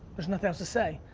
there's nothing else to say.